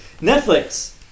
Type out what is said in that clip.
Netflix